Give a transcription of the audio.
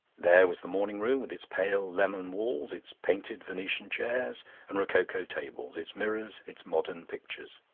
there was the morning-room, with its pale lemon walls, its painted venetian chairs and rococo tables, its mirrors, its modern pictures.